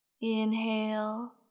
Inhale